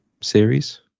series